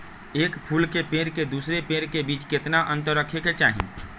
एक फुल के पेड़ के दूसरे पेड़ के बीज केतना अंतर रखके चाहि?